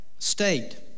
State